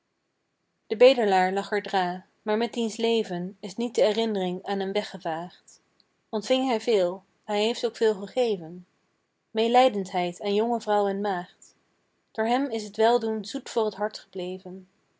de bedelaar lag er dra maar met diens leven is niet de erinring aan hem weggevaagd ontving hij veel hij heeft ook veel gegeven meelijdendheid aan jonge vrouw en maagd door hem is t weldoen zoet voor t hart gebleven